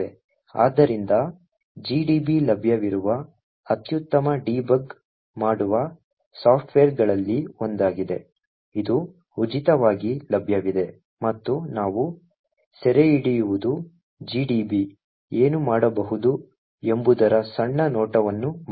ಆದ್ದರಿಂದ gdb ಲಭ್ಯವಿರುವ ಅತ್ಯುತ್ತಮ ಡೀಬಗ್ ಮಾಡುವ ಸಾಫ್ಟ್ವೇರ್ಗಳಲ್ಲಿ ಒಂದಾಗಿದೆ ಇದು ಉಚಿತವಾಗಿ ಲಭ್ಯವಿದೆ ಮತ್ತು ನಾವು ಸೆರೆಹಿಡಿಯುವುದು gdb ಏನು ಮಾಡಬಹುದು ಎಂಬುದರ ಸಣ್ಣ ನೋಟವನ್ನು ಮಾತ್ರ